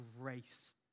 grace